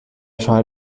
tried